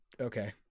okay